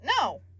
No